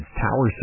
Tower